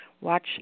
Watch